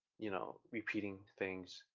you know, repeating things,